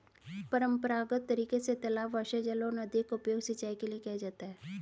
परम्परागत तरीके से तालाब, वर्षाजल और नदियों का उपयोग सिंचाई के लिए किया जाता है